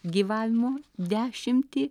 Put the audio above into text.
gyvavimo dešimtį